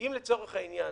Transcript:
אם לצורך העניין